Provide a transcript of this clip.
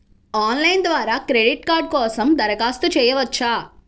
Online ద్వారా credit card కోసం దరఖాస్తు చేయవచ్చా?